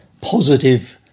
positive